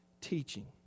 teaching